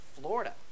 Florida